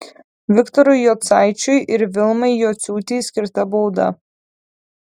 viktorui jocaičiui ir vilmai juciūtei skirta bauda